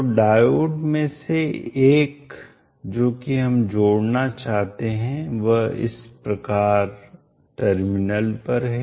तो डायोड में से एक जो कि हम जोड़ना चाहते हैं वह इस प्रकार टर्मिनल पर है